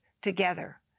together